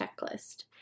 checklist